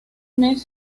mes